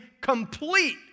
complete